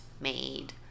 Made